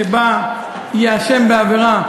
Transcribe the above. שבה "ייאשם בעבירה",